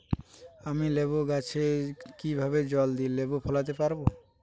আমি লেবু গাছে কিভাবে জলদি লেবু ফলাতে পরাবো?